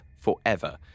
forever